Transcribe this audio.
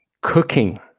cooking